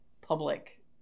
public